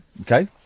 okay